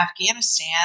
Afghanistan